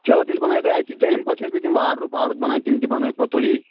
چلو تیٚلہِ بَنٲوِو تُہۍ اَتی تہٕ اَمہِ پَتہٕ چھِ اَسہِ تِم وارڑروب پاڑروب بَناوٕنۍ تِم تہِ بَنٲوِو پَتہٕ تُہی